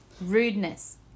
rudeness